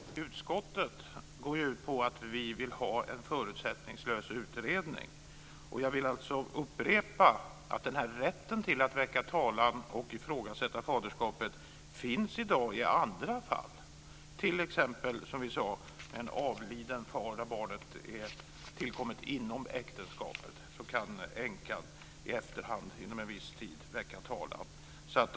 Fru talman! Reservationen i utskottet går ut på att vi vill ha en förutsättningslös utredning. Jag vill upprepa att rätten att väcka talan och ifrågasätta faderskapet finns i andra fall i dag. När t.ex. en far avlider och barnet är tillkommet i äktenskapet kan änkan inom en viss tid väcka talan.